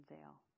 Zale